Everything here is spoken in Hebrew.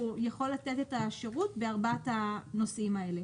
יכול לתת את השירות בארבעת הנושאים האלה.